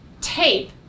tape